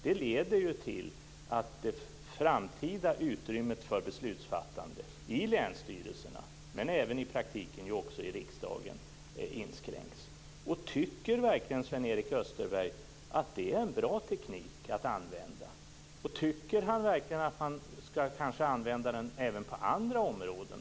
Det leder ju till att det framtida utrymmet för beslutsfattande i länsstyrelserna - och i praktiken också i riksdagen - inskränks. Tycker verkligen Sven-Erik Österberg att det är en bra teknik att använda? Tycker han att man skall använda den även på andra områden?